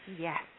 Yes